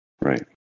Right